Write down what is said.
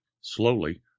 slowly